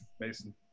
Mason